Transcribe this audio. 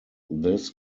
this